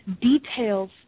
details